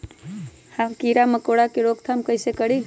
हम किरा मकोरा के रोक थाम कईसे करी?